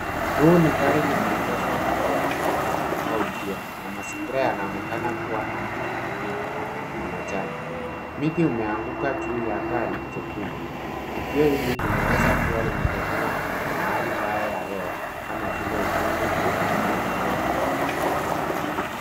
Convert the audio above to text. Huu ni gari limeegeshwa kando ya barabara au njia na mazingira yanaonekana kuwa na miti mingi ya majani. Mti umeangua juu ya gari jekundu. Tukio hili linaweza kuwa limetokana na hali mbaya ya hewa ama vile upepo mkali au mvua kubwa.